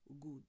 good